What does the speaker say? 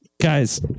Guys